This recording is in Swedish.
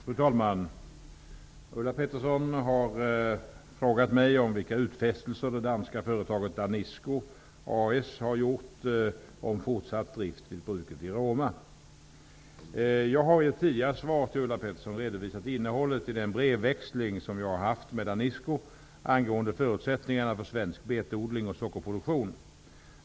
Fru talman! Ulla Pettersson har frågat mig om vilka utfästelser det danska företaget Danisco A/S har gjort om fortsatt drift vid bruket i Roma. Jag har i ett tidigare svar till Ulla Pettersson redovisat innehållet i den brevväxling som jag har haft med Danisco angående förutsättningarna för svensk betodling och sockerproduktion.